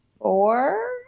four